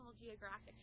Geographic